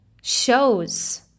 shows